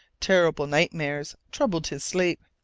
terrible nightmares troubled his sleep.